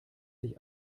sich